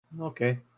Okay